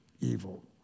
evil